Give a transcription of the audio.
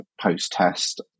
post-test